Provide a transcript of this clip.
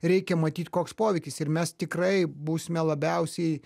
reikia matyt koks poveikis ir mes tikrai būsime labiausiai